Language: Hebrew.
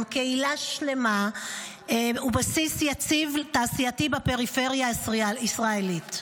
הם קהילה שלמה ובסיס תעשייתי יציב בפריפריה הישראלית,